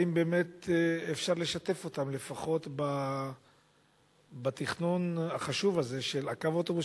האם באמת אפשר לשתף אותם לפחות בתכנון החשוב הזה של קו האוטובוס,